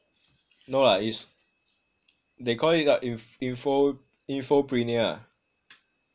no lah is they call it what i~ info infopreneur ah